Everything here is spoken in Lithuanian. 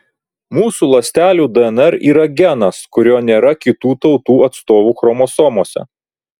mūsų ląstelių dnr yra genas kurio nėra kitų tautų atstovų chromosomose